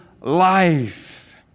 life